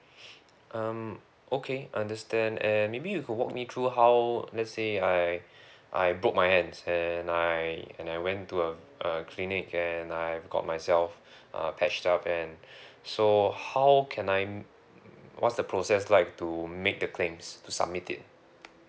um okay understand and maybe you could walk me through how let's say I I broke my hands and I and I went to a a clinic and I've got myself uh patched up and so how can I mm what's the process like to make the claims to submit it